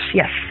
yes